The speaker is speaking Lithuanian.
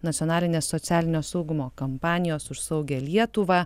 nacionalinės socialinio saugumo kampanijos už saugią lietuvą